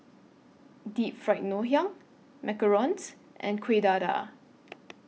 Deep Fried Ngoh Hiang Macarons and Kuih Dadar